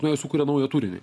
sukuria naują turinį